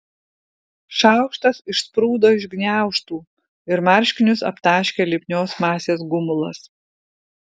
šaukštas išsprūdo iš gniaužtų ir marškinius aptaškė lipnios masės gumulas